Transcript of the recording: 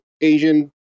asian